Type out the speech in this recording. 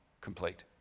complete